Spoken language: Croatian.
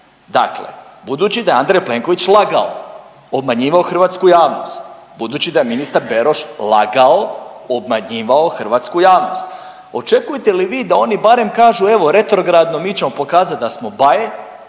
Dakle, budući da je Andrej Plenković lagao, obmanjivao hrvatsku javnost, budući da je ministar Beroš lagao, obmanjivao hrvatsku javnost. Očekujete li vi da oni barem kažu evo retrogradno mi ćemo pokazati da smo baje,